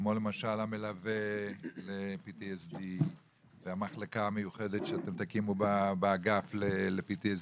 כמו למשל המלווה ל-PTSD והמחלקה המיוחדת שאתם תקימו באגף ל-PTSD.